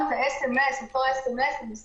כמות האי-מדווחים היא היום זניחה,